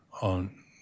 on